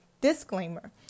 disclaimer